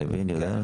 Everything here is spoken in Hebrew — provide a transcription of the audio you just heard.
לוין יודע?